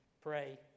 pray